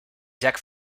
jack